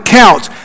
counts